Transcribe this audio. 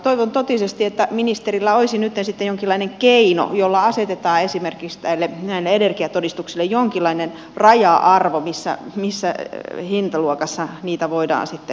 toivon totisesti että ministerillä olisi nyt sitten jonkinlainen keino jolla asetetaan esimerkiksi näille energiatodistuksille jonkinlainen raja arvo missä hintaluokassa niitä voidaan sitten hankkia